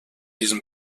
diesen